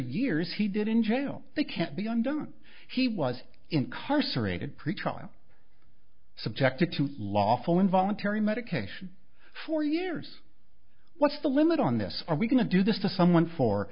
years he did in jail they can't be undone he was incarcerated pretrial subjected to lawful involuntary medication for years what's the limit on this are we going to do this to someone for